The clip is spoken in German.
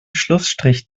schlussstrich